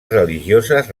religioses